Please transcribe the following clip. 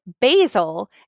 basil